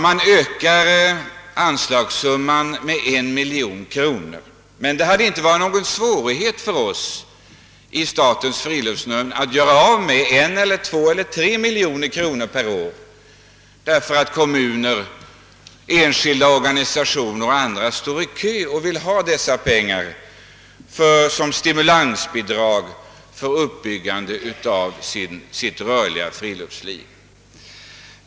Man ökar anslagssumman med en miljon kronor. Det hade inte varit någon svårighet för oss 1 statens friluftsnämnd att göra av med en, två eller tre miljoner kronor per år. Kommuner, enskilda organisationer och andra står nämligen i kö för att få pengar som stimulansbidrag för uppbyggande av sitt rörliga friluftsliv.